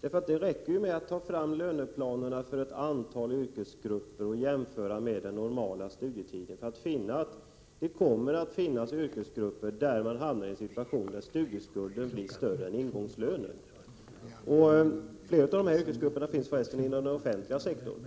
Det räcker ju att ta fram löneplanerna för ett antal yrkesgrupper och jämföra med den normala studietiden för att finna att det kommer att existera yrkesgrupper för vilka studieskulden blir större än ingångslönen. Flera av dessa yrkesgrupper finns för resten inom den offentliga sektorn.